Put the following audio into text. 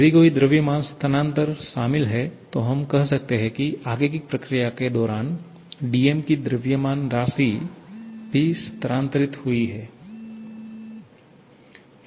यदि कोई द्रव्यमान स्थानांतरण शामिल है तो हम कहते हैं कि आगे की प्रक्रिया के दौरान dm की द्रव्यमान राशि भी स्थानांतरित हुई हे